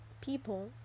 people